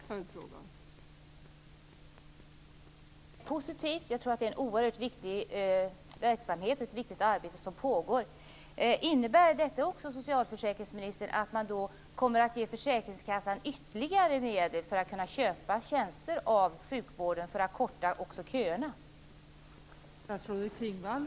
Fru talman! Att en granskning av detta görs ser jag som positivt. Jag tror att det är en oerhört viktig verksamhet och ett väldigt viktigt arbete som pågår. Innebär detta också, socialförsäkringsministern, att man kommer att ge försäkringskassan ytterligare medel för att försäkringskassan skall kunna köpa tjänster av sjukvården så att köerna också kan kortas?